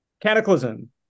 Cataclysm